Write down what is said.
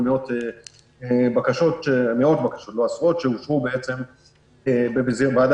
הם יכולים להוות מבחינתכם איזו שהיא קבוצת ביקורת